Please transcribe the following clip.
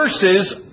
verses